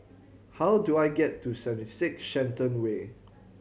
how do I get to Seventy Six Shenton Way